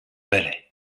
belly